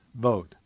vote